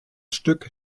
stück